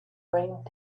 framed